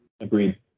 Agreed